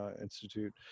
Institute